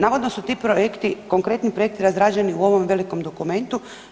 Navodno su ti projekti, konkretni projekti razrađeni u ovom velikom dokumentu.